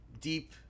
deep